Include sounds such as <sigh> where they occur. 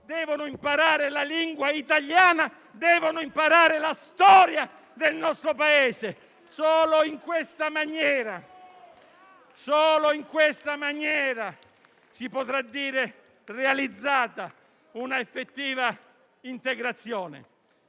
devono imparare la lingua italiana e la storia del nostro Paese. <applause> Solo in questa maniera si potrà dire realizzata una effettiva integrazione,